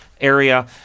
area